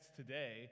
today